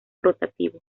rotativo